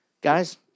Guys